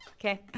Okay